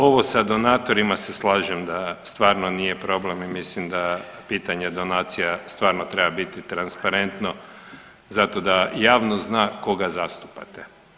Ovo sa donatorima se slažem da stvarno nije problem i mislim da pitanje donacija stvarno treba biti transparentno zato da javnost zna koga zastupate.